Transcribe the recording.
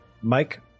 Mike